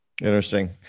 Interesting